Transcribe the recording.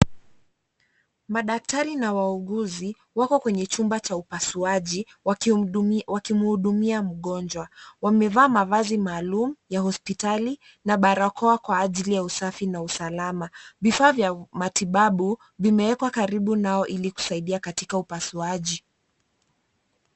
Madaktari na wauguzi wako kwenye chumba cha upasuaji, wakimuhudumia mgonjwa. Wamevaa mavazi maalum ya hosipitali na barakoa kwa ajili ya usafi na usalama. Vifaa vya matibabu vimewekwa karibu nao ili kusaidia katika upasuaji.